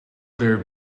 there